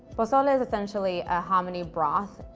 pozole is essentially a hominy broth.